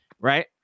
Right